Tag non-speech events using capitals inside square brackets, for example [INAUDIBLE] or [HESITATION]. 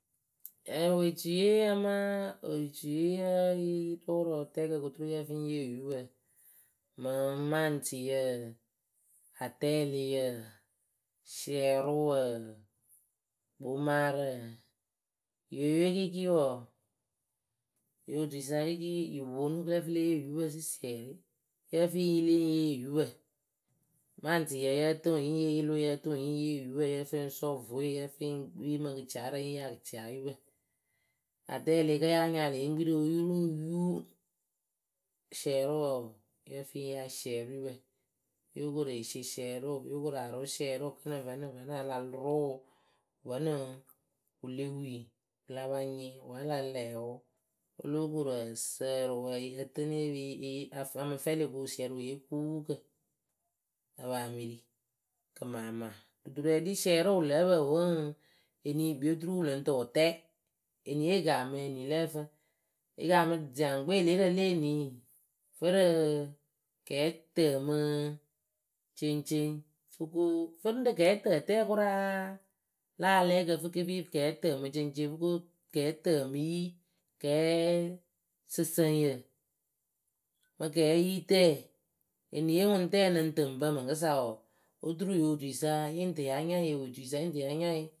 [HESITATION] ewetuiye amaa otuye yǝ́ǝ ɩɩ rʊʊ rɨ tɛɛkǝ kɨ oturu yǝ fɨ yɨ ŋ yee oyupǝ, mɨŋ maŋtɩyǝǝǝ, atɛɛlɩyǝǝ, siɛɛrʊwǝǝ, gbomarǝǝ, yɨ o yɨwe kɩɩkɩ wɔɔ yɨ otuisa kɩɩkɩ yɨ ponu kɨ lǝ fɨ le yee oyupǝ sɨsiɛrɩ, yǝ́ǝ fɨɩ yɨ le ŋ yee oyupǝ. Maŋtɩyǝ yǝ́ǝ tɨɨ ŋwɨ yɨ ŋ yee yɩlɩʊ yǝ́ǝ tɨɨ ŋwʊ yɨ ŋ yee yupǝ yǝ́ǝ fɨ yɨ ŋ sɔɔ vue, yǝ́ǝ fɨ yɨ ŋ kpii mɨ gɩcaarǝ yɨ ŋ yee akɩcaayupǝ Atɛɛlɩ kǝ́ yáa nyaalɨ yɨ ŋ kpii rɨ oyu ru ŋ yu, Siɛɛrʊwǝ wɔɔ, yǝ́ǝ fɨ yɨ ŋ yee asiɛɛrʊyupǝ Yóo koru esie siɛɛrʊʊ, yóo koru arʊʊ siɛɛrʊʊ [UNINTELLIGIBLE] la rʊʊ vǝ́nɨŋ wɨ le wi. wɨ la pa nyɩŋ wǝ́ a la lɛɛ wʊ, o lóo koru ǝsǝǝrɨ wʊ yɩ lǝ tɨnɨ e pe e a mɨ fɛlɩ kɨ wɨ siɛɛrɩ wɨ yee kɨpupukǝ. A paa mɨ ri kɨmaama ɖuturǝ ɖi siɛrʊ wɨ lǝ́ǝ pǝ wɨ ŋ, enii yɨ kpii oturu wɨ lɨŋ tɨ wɨ tɛɛ. Eniye yɨ kaamɨ enii lǝ ǝyǝfǝŋ? Yɨ kaamɨ jaŋgbeelerǝ le enii, fɨ rɨɨ Kɛɛtǝmɨceŋceŋ fɨ ko fɨ ŋ rɨ kɛɛtǝtǝǝ kʊraa la alɛɛkǝ fɨ ke fii kɛɛtǝmɨceŋceŋ fɨ ko kɛɛtǝmɨyi fɨ ko kɛɛsɨsǝŋyǝ. mɨ kɛɛyitǝǝ eniye ŋʊŋtɛɛ nɨŋ tɨ ŋ pǝ mɨŋkɨsa wɔɔ, oturu ŋyo otuisa yɨŋ tɨ ya nyaɩ yɨŋ tɨ ya nyaɩ